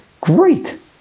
great